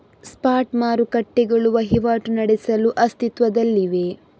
spot ಮಾರುಕಟ್ಟೆಗಳು ವಹಿವಾಟು ನಡೆಸಲು ಅಸ್ತಿತ್ವದಲ್ಲಿವೆ